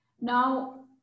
Now